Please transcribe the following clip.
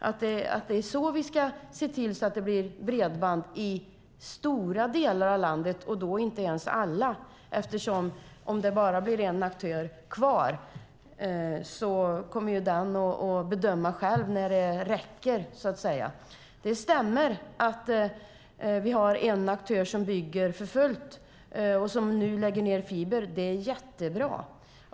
Är det så vi ska se till att det blir bredbrand i stora delar av landet och då inte ens alla delar? Blir det bara en aktör kvar kommer ju den aktören att själv bedöma när det räcker. Det stämmer att vi har en aktör som bygger för fullt och som nu lägger ned fiber. Det är jättebra.